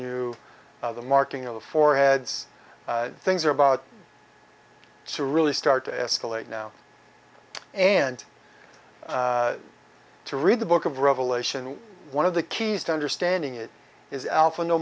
you the marking of the foreheads things are about to really start to escalate now and to read the book of revelation one of the keys to understanding it is alpha